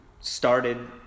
started